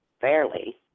fairly